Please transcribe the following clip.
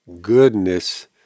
goodness